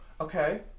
Okay